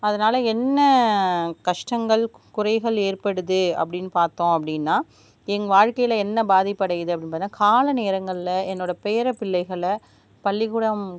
அதனால என்ன கஷ்டங்கள் குறைகள் ஏற்படுது அப்டின்னு பார்த்தோம் அப்படின்னா எங்க வாழ்க்கையில் என்ன பாதிப்படையுது அப்டின்னு பார்த்தீன்னா காலை நேரங்களில் என்னோட பேர பிள்ளைகளை பள்ளிக்கூடம்